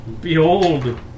Behold